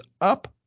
up